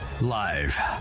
Live